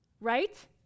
right